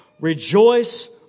Rejoice